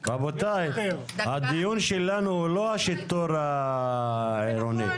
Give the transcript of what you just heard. הדיון שלנו הוא לא השיטור העירוני,